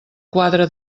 quadre